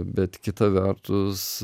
bet kita vertus